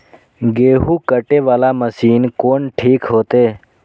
गेहूं कटे वाला मशीन कोन ठीक होते?